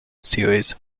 series